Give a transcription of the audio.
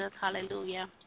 hallelujah